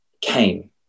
came